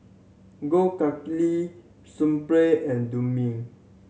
Gold Kili Sunplay and Dumex